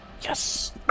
Yes